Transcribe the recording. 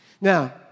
Now